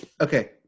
Okay